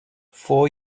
four